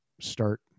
start